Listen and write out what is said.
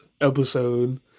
episode